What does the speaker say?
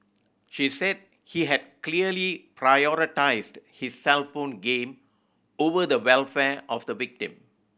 she said he had clearly prioritised his cellphone game over the welfare of the victim